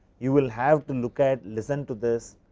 you will have to look at listen to this,